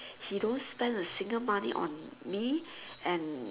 he don't spend a single money on me and